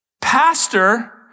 pastor